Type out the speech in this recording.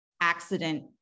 accident